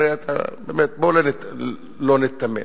הרי אתה באמת, בוא לא ניתמם.